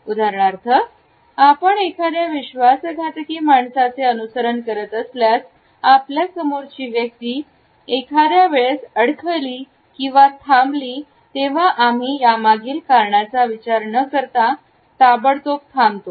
उदाहरणार्थ आपण एखाद्या विश्वासघातकी माणसाचे अनुसरण करत असल्यास आपल्या समोरची व्यक्ती ती एखाद्या वेळेस अडखळली किंवा थांबली तेव्हा आम्ही ही त्यामागील कारणाचा विचार न करता ताबडतोब थांबतो